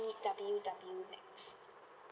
W_W max